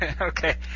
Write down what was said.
Okay